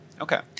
Okay